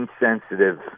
insensitive